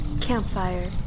Campfire